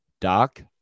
Doc